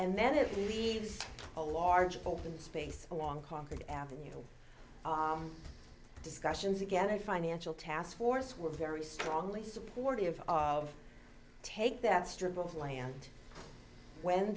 and then it'll be a large open space along concord avenue discussions again a financial taskforce we're very strongly supportive of take that strip of land when